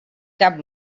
cap